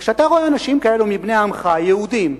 כשאתה רואה אנשים כאלה מבני עמך, יהודים,